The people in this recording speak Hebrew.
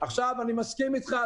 אני מסכים איתך,